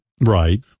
Right